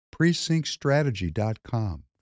PrecinctStrategy.com